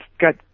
got